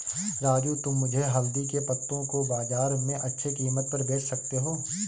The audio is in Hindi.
राजू तुम मुझे हल्दी के पत्तों को बाजार में अच्छे कीमत पर बेच सकते हो